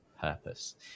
purpose